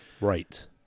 Right